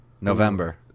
November